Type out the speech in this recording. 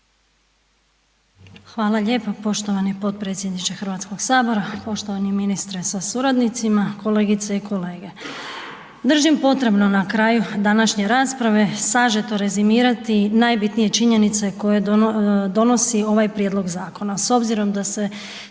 Hvala lijepo. Poštovani potpredsjedniče Hrvatskoga sabora, poštovani ministre sa suradnicima, kolegice i kolege. Držim potrebno na kraju današnje rasprave sažeto rezimirati najbitnije činjenice koje donosi ovaj Prijedlog zakona